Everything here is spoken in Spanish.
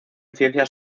ciencias